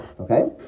okay